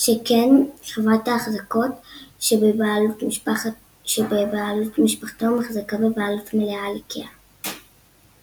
שכן חברת ההחזקות שבבעלות משפחתו מחזיקה בבעלות מלאה על איקאה.